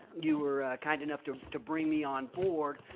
you were kind enough to to bring me on board.